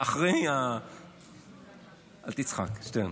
אל תצחק, שטרן.